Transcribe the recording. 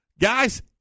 Guys